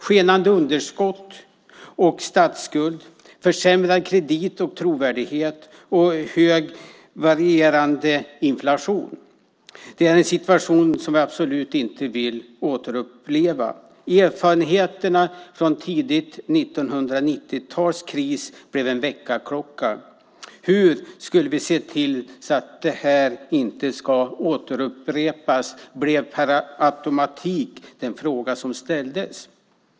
Skenande underskott och statsskuld, försämrad kredit och trovärdighet och hög varierande inflation är något vi absolut inte vill återuppleva. Erfarenheterna från det tidiga 90-talets kris blev en väckarklocka. Hur skulle vi se till att det inte upprepades? blev per automatik den fråga som ställdes.